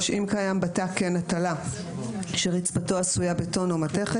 אם קיים בתא קן הטלה שרצפתו עשויה בטון או מתכת